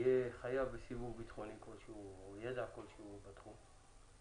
יהיה חייב בסיווג ביטחוני כלשהו או ידע כלשהו בתחום?